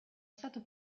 stato